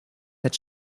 that